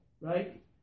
right